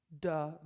Duh